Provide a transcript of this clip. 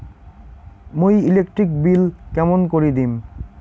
মুই electric bill কেমন করি দিম?